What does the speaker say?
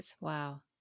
Wow